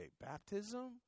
Baptism